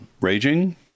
raging